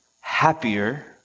happier